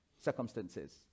circumstances